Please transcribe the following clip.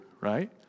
right